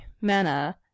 manner